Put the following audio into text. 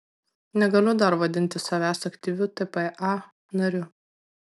negaliu dar vadinti savęs aktyviu tpa nariu